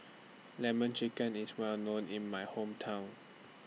Lemon Chicken IS Well known in My Hometown